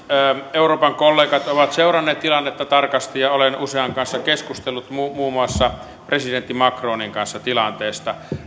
euroopan kollegat ovat seuranneet tilannetta tarkasti ja olen usean kanssa keskustellut muun muun muassa presidentti macronin kanssa tilanteesta